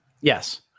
Yes